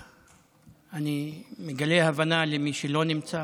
ואני מגלה הבנה למי שלא נמצא,